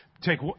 take